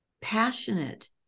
passionate